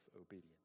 obedience